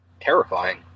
terrifying